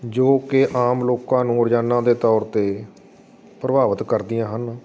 ਜੋ ਕਿ ਆਮ ਲੋਕਾਂ ਨੂੰ ਰੋਜ਼ਾਨਾ ਦੇ ਤੌਰ 'ਤੇ ਪ੍ਰਭਾਵਿਤ ਕਰਦੀਆਂ ਹਨ